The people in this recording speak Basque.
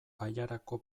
bailarako